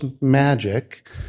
magic